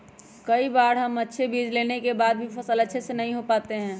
कई बार हम अच्छे बीज लेने के बाद भी फसल अच्छे से नहीं हो पाते हैं?